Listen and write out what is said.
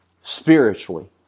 spiritually